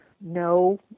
no